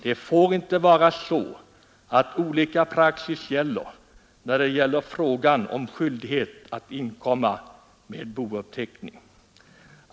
Det får inte vara så att olika praxis gäller i fråga om skyldigheten att inkomma med bouppteckning.